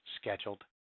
scheduled